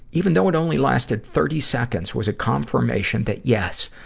even though it only lasted thirty seconds, was a confirmation that, yes,